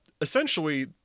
essentially